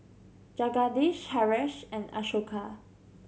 Jagadish Haresh and Ashoka